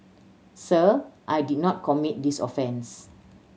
sir I did not commit this offence